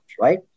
right